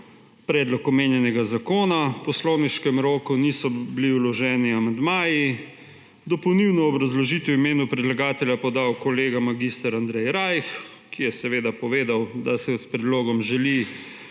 predlog omenjenega zakona. V poslovniškem roku niso bili vloženi amandmaji. Dopolnilno obrazložitev v imenu predlagatelja je podal kolega mag. Andrej Rajh, ki je povedal, da se s predlogom želi